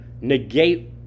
negate